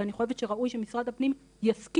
ואני חושבת שראוי שמשרד הפנים יסכים,